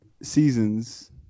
seasons